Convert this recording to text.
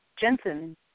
Jensen